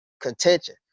contention